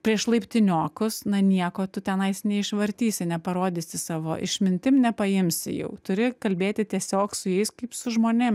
prieš laiptiniokus na nieko tu tenais neišvartysi neparodysi savo išmintim nepaimsi jau turi kalbėti tiesiog su jais kaip su žmonėm